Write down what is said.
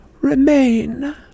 remain